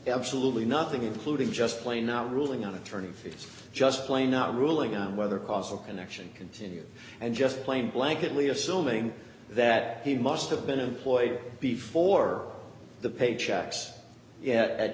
absolutely nothing including just plain now ruling out attorney it's just plain not a ruling on whether causal connection continue and just plain blanket lee assuming that he must have been employed before the pay checks yet at